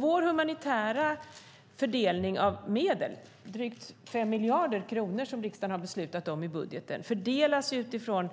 Vår humanitära fördelning av medel, drygt 5 miljarder kronor, som riksdagen har beslutat om i budgeten, sker utifrån